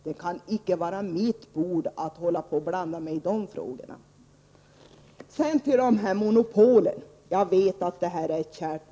Det kan icke vara mitt bord att hålla på att blanda mig i sådana frågor. Jag vet att frågan om monopolen är ett kärt barn för Erik Holmkvist.